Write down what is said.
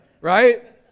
Right